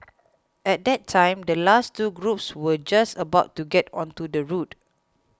at that time the last two groups were just about to get onto the route